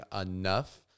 enough